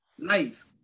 life